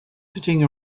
sitting